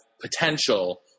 potential